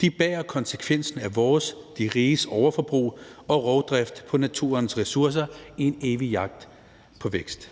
De bærer konsekvensen af vores – de riges – overforbrug og rovdrift på naturens ressourcer i en evig jagt på vækst.